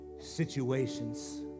situations